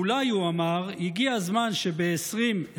אולי, הוא אמר, הגיע הזמן, ב-2023,